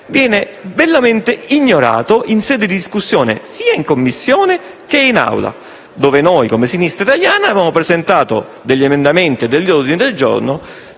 viene bellamente ignorato in sede di discussione sia in Commissione sia in Aula. Come Sinistra Italiana, avevamo presentato emendamenti e degli ordini del giorno